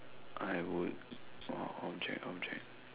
I would uh object object